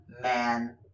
Man